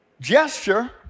Gesture